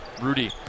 Rudy